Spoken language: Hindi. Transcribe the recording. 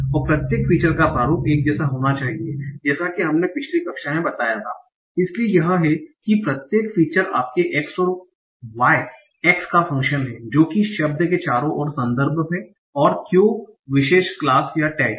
और प्रत्येक फीचर का प्रारूप एक जैसा होना चाहिए जैसा कि हमने पिछली कक्षा में बताया था इसलिए यह है कि प्रत्येक फीचर आपके x और y x का फंकशन है जो कि शब्द के चारों ओर संदर्भ है और क्यों विशेष क्लास या टैग है